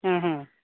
ಹ್ಞ್ ಹ್ಞ್